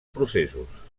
processos